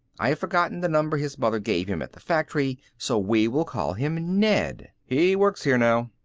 i have forgotten the number his mother gave him at the factory so we will call him ned. he works here now.